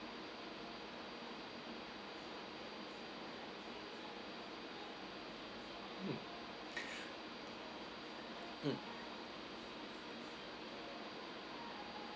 mm mm